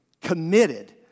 committed